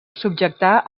subjectar